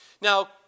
Now